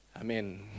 Amen